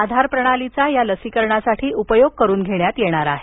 आधार प्रणालीचा या लसीकरणासाठी उपयोग करून घेण्यात येणार आहे